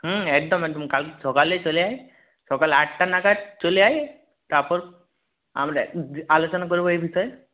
হুম একদম একদম কালকে সকালেই চলে আয় সকাল আটটা নাগাদ চলে আয় তারপর আমরা আলোচনা করব এই বিষয়ে